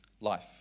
life